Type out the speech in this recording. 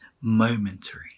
momentary